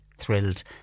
Thrilled